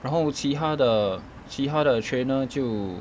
然后其他的其他的 trainer 就